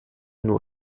nur